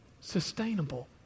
sustainable